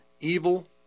evil